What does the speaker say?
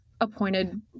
appointed